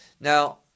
now